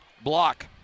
Block